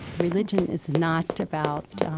religion is not about,